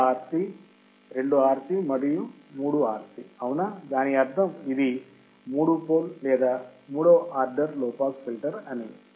1 RC 2 RC మరియు 3 RC అవునా దాని అర్ధం ఇది మూడు పోల్ లేదా మూడవ ఆర్డర్ లో పాస్ ఫిల్టర్ అని